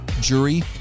jury